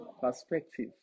Perspective